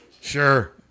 Sure